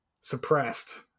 suppressed